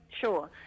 Sure